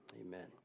Amen